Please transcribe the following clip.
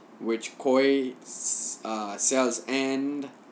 which koi uh sells and